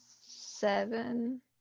Seven